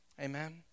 amen